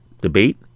debate